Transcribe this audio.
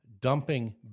dumping